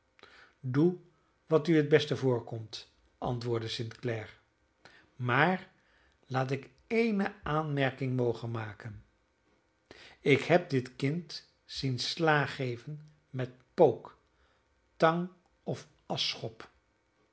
doe wat u het best voorkomt antwoordde st clare maar laat ik ééne aanmerking mogen maken ik heb dit kind zien slaag geven met pook tang of